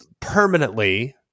Permanently